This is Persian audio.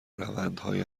روندهای